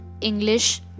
English